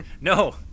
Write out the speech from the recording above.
No